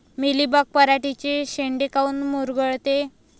Mealybug पराटीचे चे शेंडे काऊन मुरगळते?